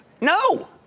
No